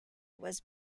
was